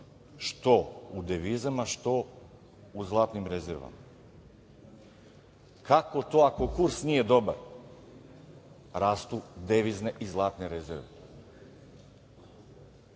što u devizama, što u zlatnim rezervama. Kako to ako kurs nije dobar, rastu devizne i zlatne rezerve? Sva